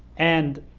and